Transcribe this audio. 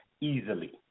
easily